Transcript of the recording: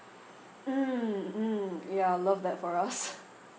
mm mm ya I love that for us